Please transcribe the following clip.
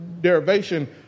derivation